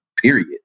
period